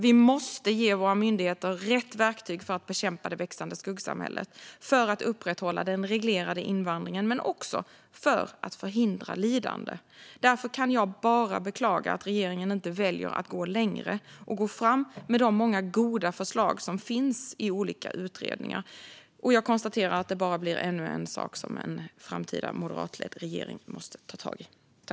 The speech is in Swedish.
Vi måste ge våra myndigheter rätt verktyg för att bekämpa det växande skuggsamhället, för att upprätthålla den reglerade invandringen och för att förhindra lidande. Därför kan jag bara beklaga att regeringen inte väljer att gå längre och gå fram med de många goda förslag som finns i olika utredningar. Jag konstaterar att det blir ännu en sak som en framtida moderatledd regering måste ta tag i.